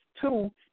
Two